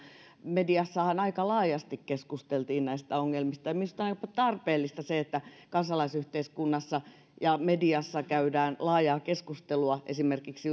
mediassahan aika laajasti keskusteltiin näistä ongelmista minusta on jopa tarpeellista se että kansalaisyhteiskunnassa ja mediassa käydään laajaa keskustelua esimerkiksi